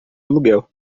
aluguel